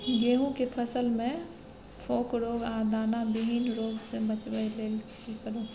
गेहूं के फसल मे फोक रोग आ दाना विहीन रोग सॅ बचबय लेल की करू?